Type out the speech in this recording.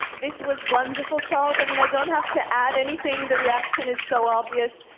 this was wonderful charles. i mean, i don't have to add anything, the reaction is so obvious.